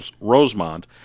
Rosemont